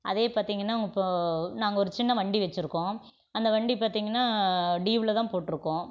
அதே பார்த்தீங்கன்னா இப்போது நாங்கள் ஒரு சின்ன வண்டி வச்சுருக்கோம் அந்த வண்டி பார்த்தீங்கன்னா டீவ்வில் தான் போட்டுருக்கோம்